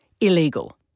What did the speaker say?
illegal